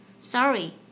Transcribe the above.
Sorry